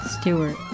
Stewart